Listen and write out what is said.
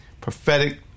prophetic